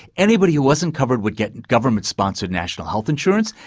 anybody who wasn't covered would get government-sponsored national health insurance,